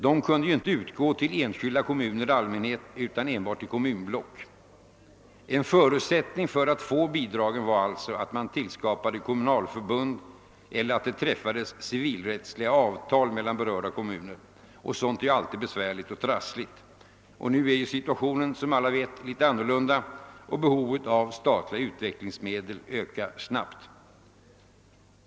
De kunde ju inte utgå till enskilda kommuner i allmänhet, utan enbart till kommunblock. En förutsättning för att få bidragen var alltså att man tillskapade kommunalförbund eller att det träffades civilrättsliga avtal mellan berörda kommuner. Sådant är alltid besvärligt och trassligt. Nu är som alla vet situationen litet annorlunda och behovet av statliga utvecklingsmedel ökar snabbt.